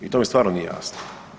I to mi stvarno nije jasno.